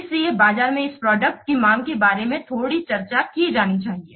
इसलिए बाजार में इस प्रोडक्ट की मांग के बारे में थोड़ी चर्चा की जानी चाहिए